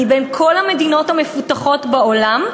מבין כל המדינות המפותחות בעולם,